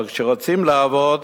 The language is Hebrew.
אבל כשרוצים לעבוד